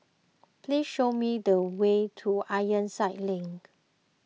please show me the way to Ironside Link